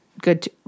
good